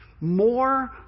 more